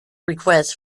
request